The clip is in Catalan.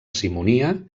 simonia